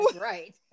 Right